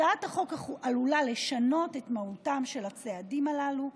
הצעת החוק עלולה לשנות את מהותם של הצעדים הללו,